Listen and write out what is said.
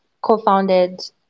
co-founded